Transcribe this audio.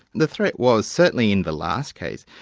the threat was, certainly in the last case,